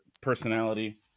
personality